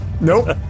Nope